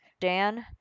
Dan